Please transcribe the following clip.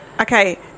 Okay